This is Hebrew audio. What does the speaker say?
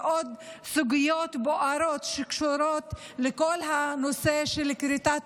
ועל עוד סוגיות בוערות שקשורות לכל הנושא של כריתת